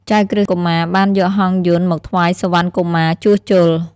ចៅក្រឹស្នកុមារបានយកហង្សយន្តមកថ្វាយសុវណ្ណកុមារជួសជុល។